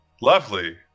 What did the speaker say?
lovely